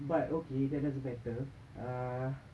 but okay that doesn't matter ah